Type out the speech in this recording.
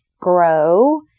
grow